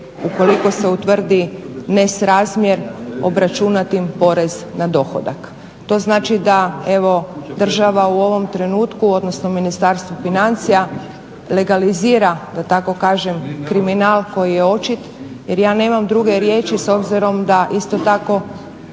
ukoliko se utvrdi ne srazmjer obračunati im porez na dohodak. To znači da evo država u ovom trenutku odnosno Ministarstvo financija legalizira da tako kažem kriminal koji je očit jer ja nemam druge riječi s obzirom da isto tako